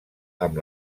amb